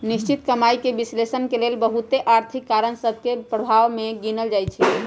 निश्चित कमाइके विश्लेषण के लेल बहुते आर्थिक कारण सभ के प्रभाव के गिनल जाइ छइ